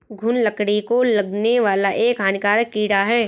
घून लकड़ी को लगने वाला एक हानिकारक कीड़ा है